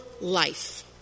life